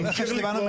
תמשיך לקרוא.